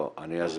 לא, אני אסביר.